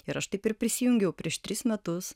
ir aš taip ir prisijungiau prieš tris metus